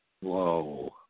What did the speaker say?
Whoa